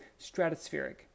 stratospheric